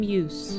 use